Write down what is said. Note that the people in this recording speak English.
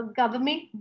government